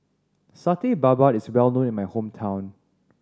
Satay Babat is well known in my hometown